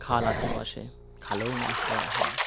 খাল আশেপাশে খালেও মাছ ধরা হয়